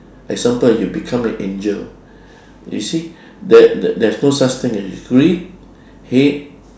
example you become an angel you see there there is no such thing as greed hate